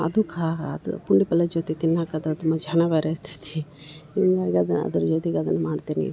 ಅದು ಖಾ ಅದು ಪುಂಡಿ ಪಲ್ಲೆದ ಜೊತೆ ತಿನ್ನಾಕ ಅದು ಅದು ತುಂಬ ಚೆನ್ನಾಗ್ ಇರ್ತೈತಿ ಇನ್ಮ್ಯಾಗ ಅದು ಅದರ ಜೊತಿಗೆ ಅದನ್ನ ಮಾಡ್ತೆನಿ